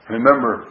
Remember